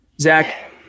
Zach